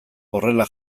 horrela